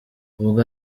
ubwo